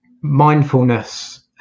mindfulness